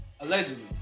Allegedly